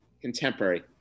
contemporary